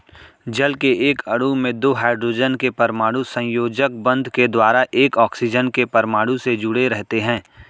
जल के एक अणु में दो हाइड्रोजन के परमाणु सहसंयोजक बंध के द्वारा एक ऑक्सीजन के परमाणु से जुडे़ रहते हैं